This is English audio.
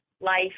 life